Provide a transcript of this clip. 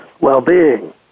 well-being